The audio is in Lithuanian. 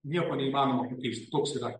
nieko neįmanoma pakeisti toks yra